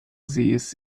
sees